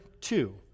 two